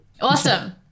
Awesome